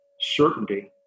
certainty